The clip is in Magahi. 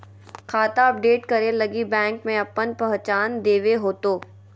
खाता अपडेट करे लगी बैंक में आपन पहचान देबे होतो